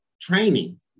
training